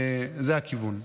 זה הכיוון.